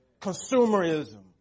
consumerism